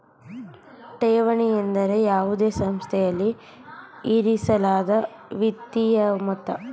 ಠೇವಣಿ ಎಂದರೆ ಯಾವುದೇ ಸಂಸ್ಥೆಯಲ್ಲಿ ಇರಿಸಲಾದ ವಿತ್ತೀಯ ಮೊತ್ತ